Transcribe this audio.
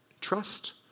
trust